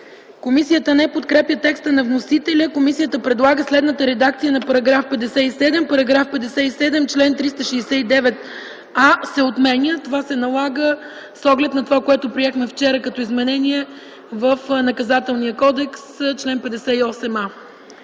Комисията не подкрепя текста на вносителя за § 57. Комисията предлага следната редакция на § 57: „§ 57. Член 369а се отменя.” Това се налага с оглед на това, което приехме вчера като изменение в Наказателния кодекс – чл. 58а.